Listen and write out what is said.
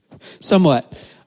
Somewhat